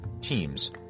teams